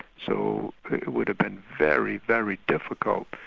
so it would have been very, very difficult,